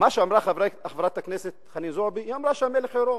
מה שאמרה חברת הכנסת זועבי, היא אמרה שהמלך עירום.